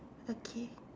okay